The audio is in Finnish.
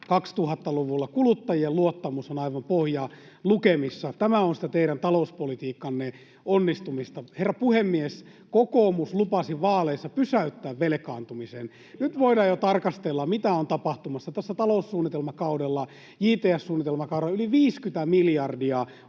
2000-luvulla, kuluttajien luottamus on aivan pohjalukemissa. Tämä on sitä teidän talouspolitiikkanne onnistumista. Herra puhemies! Kokoomus lupasi vaaleissa pysäyttää velkaantumisen. Nyt voidaan jo tarkastella, mitä on tapahtumassa. Tässä taloussuunnitelmakaudella, JTS-suunnitelmakaudella, yli 50 miljardia